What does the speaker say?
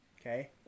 okay